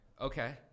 okay